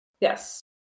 Yes